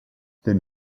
then